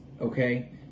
Okay